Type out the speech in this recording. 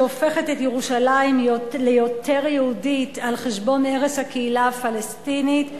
שהופכת את ירושלים ליותר יהודית על חשבון הרס הקהילה הפלסטינית,